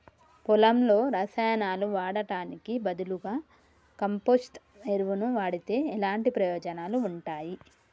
పొలంలో రసాయనాలు వాడటానికి బదులుగా కంపోస్ట్ ఎరువును వాడితే ఎలాంటి ప్రయోజనాలు ఉంటాయి?